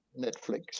Netflix